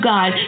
God